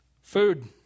food